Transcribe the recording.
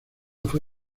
fue